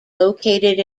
located